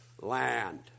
land